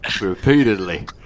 repeatedly